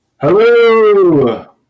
Hello